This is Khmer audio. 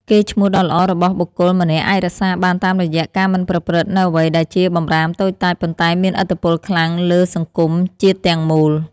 កេរ្តិ៍ឈ្មោះដ៏ល្អរបស់បុគ្គលម្នាក់អាចរក្សាបានតាមរយៈការមិនប្រព្រឹត្តនូវអ្វីដែលជាបម្រាមតូចតាចប៉ុន្តែមានឥទ្ធិពលខ្លាំងលើសង្គមជាតិទាំងមូល។